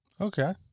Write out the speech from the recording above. Okay